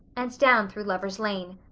and down through lover's lane.